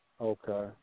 Okay